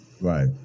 Right